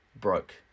broke